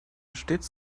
stets